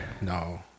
No